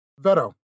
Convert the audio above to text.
Veto